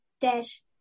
dash